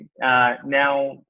now